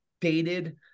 dated